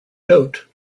note